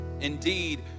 Indeed